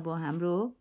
अब हाम्रो